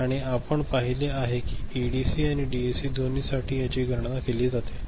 आणि आपण पाहिले आहे की एडीसी आणि डीएसी दोन्हीसाठी याची गणना कशी केली जाते